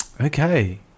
Okay